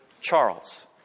Charles